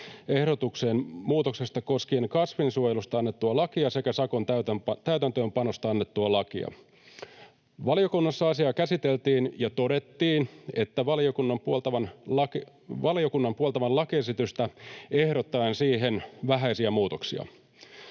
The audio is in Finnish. ehdotuksen muutoksesta koskien kasvinsuojelusta annettua lakia sekä sakon täytäntöönpanosta annettua lakia. Valiokunnassa asiaa käsiteltiin ja todettiin valiokunnan puoltavan lakiesitystä ehdottaen siihen vähäisiä muutoksia.